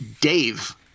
dave